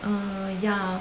err ya